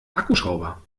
akkuschrauber